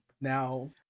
Now